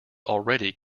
already